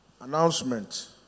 Announcement